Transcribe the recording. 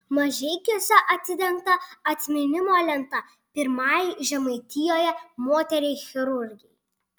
mažeikiuose atidengta atminimo lenta pirmajai žemaitijoje moteriai chirurgei